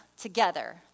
together